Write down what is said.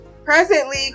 Presently